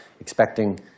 expecting